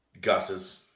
Gus's